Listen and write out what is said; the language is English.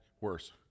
worse